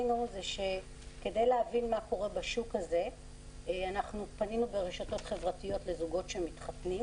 כדי להבין מה קורה בשוק פנינו ברשתות חברתיות לזוגות שמתחתנים,